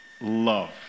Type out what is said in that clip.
love